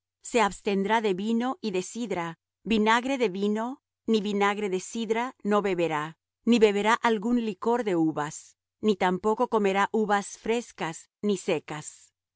se abstendrá de vino y de sidra vinagre de vino ni vinagre de sidra no beberá ni beberá algún licor de uvas ni tampoco comerá uvas frescas ni secas